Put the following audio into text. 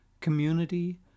community